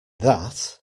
that